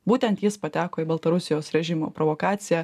būtent jis pateko į baltarusijos režimo provokaciją